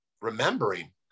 remembering